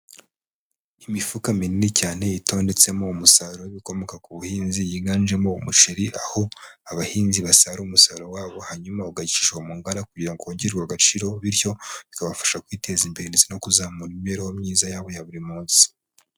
Imifuka minini cyane itondetsemo umusaruro w'ibikomoka ku buhinzi yiganjemo umuceri aho, abahinzi basarura umusaruro wabo hanyuma ugacishwa mu nganda kugira ngo wongerwe agaciro, bityo bikabafasha kwiteza imbere ndetse no kuzamura imibereho myiza yabo ya buri munsi.